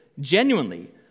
Genuinely